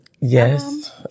Yes